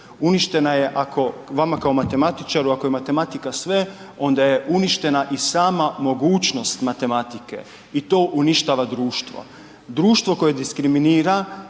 Uništena je ako vama kao matematičaru, ako je matematika sve onda je uništena i sama mogućnost matematike i to uništava društvo. Društvo koje diskriminira